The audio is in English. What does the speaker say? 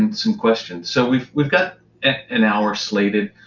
and some questions. so we've we've got an hour slated.